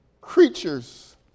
Creatures